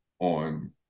on